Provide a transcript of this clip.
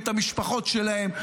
את המשפחות שלהם.